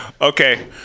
Okay